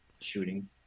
shooting